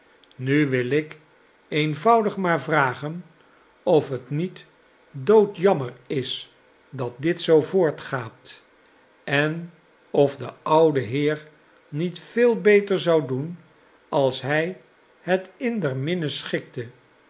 nu wil ik eenvoudig maar vragen of het niet doodjammer is datditzoo voortgaat en of de oude heer niet veel beter zou doen als hij het in der minne schikte